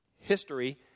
history